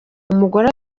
umugore